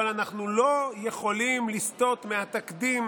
אבל אנחנו לא יכולים לסטות מהתקדים